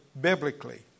biblically